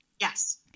Yes